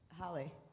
Holly